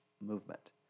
movement